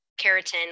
keratin